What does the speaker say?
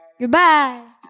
Goodbye